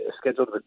scheduled